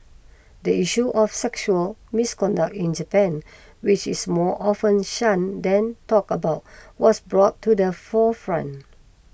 the issue of sexual misconduct in Japan which is more often shun than talk about was brought to the forefront